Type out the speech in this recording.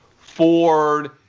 Ford